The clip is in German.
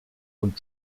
und